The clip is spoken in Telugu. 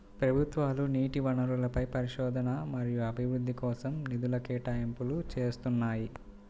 ప్రభుత్వాలు నీటి వనరులపై పరిశోధన మరియు అభివృద్ధి కోసం నిధుల కేటాయింపులు చేస్తున్నాయి